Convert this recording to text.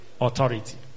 authority